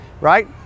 right